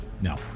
No